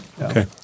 Okay